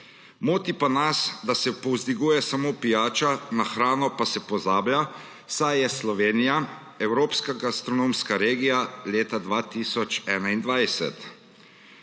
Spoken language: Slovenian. Moti pa nas, da se povzdiguje samo pijača, na hrano pa se pozablja, saj je Slovenija evropska gastronomska regija leta 2021.